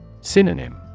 Synonym